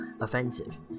offensive